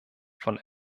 von